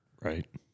Right